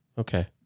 Okay